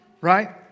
right